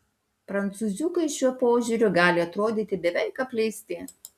prancūziukai šiuo požiūriu gali atrodyti beveik apleisti